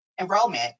enrollment